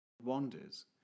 wanders